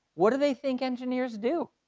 what do they think engineers do?